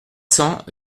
cents